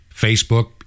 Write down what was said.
Facebook